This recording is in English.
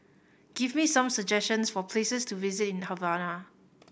give me some suggestions for places to visit in Havana